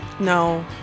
no